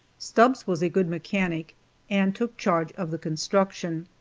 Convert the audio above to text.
stubbs was a good mechanic and took charge of the construction.